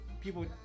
people